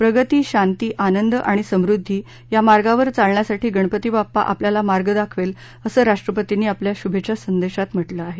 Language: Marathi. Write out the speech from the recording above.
प्रगती शांती आनंद आणि समृद्धी या मार्गावर चालण्यासाठी गणपती बप्पा आपल्याला मार्ग दाखवेल असं राष्ट्रपतींनी आपल्या शुभेच्छा संदेशात म्हटलं आहे